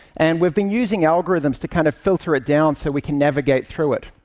and we've been using algorithms to kind of filter it down so we can navigate through it.